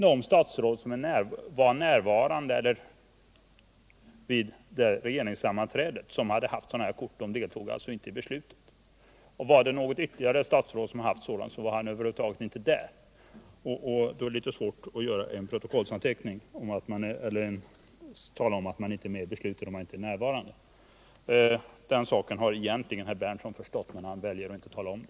De statsråd som var närvarande vid det aktuella regeringssammanträdet och hade haft sådana här kort deltog inte i beslutet. Fanns det något ytterligare statsråd som haft sådant kort var han över huvud taget inte där vid det sammanträdet. Och det är litet svårt att tala om att man inte deltar i ett beslut om man inte är närvarande. Den saken har herr Berndtson egentligen förstått, men han väljer att inte tala om det.